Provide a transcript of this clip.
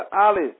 Alice